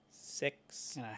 six